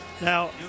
Now